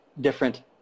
different